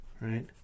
right